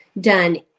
done